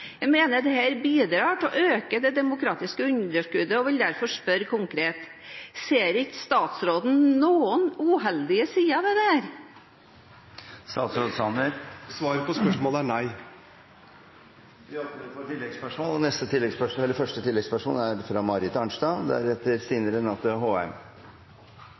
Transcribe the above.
Jeg mener dette bidrar til å øke det demokratiske underskuddet og vil derfor spørre konkret: Ser ikke statsråden noen uheldige sider ved dette? Svaret på spørsmålet er nei. Det åpnes for oppfølgingsspørsmål – først Marit Arnstad. Nei, saken er